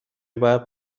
باید